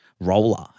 Roller